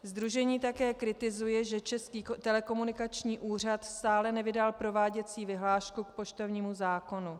Sdružení také kritizuje, že Český telekomunikační úřad stále nevydal prováděcí vyhlášku k prováděcímu zákonu.